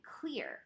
clear